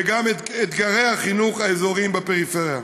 וגם את אתגרי החינוך האזוריים בפריפריה.